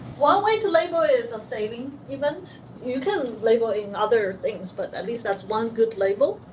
one way to label is a sailing event. you can label in other things but at least that's one good label.